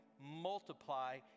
multiply